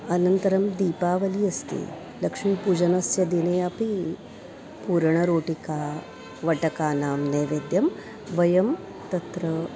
अनन्तरं दीपावलिः अस्ति लक्ष्मीपूजनस्य दिने अपि पूरणरोटिका वटकानां नैवेद्यं वयं तत्र